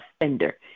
offender